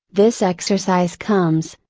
this exercise comes,